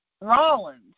Rollins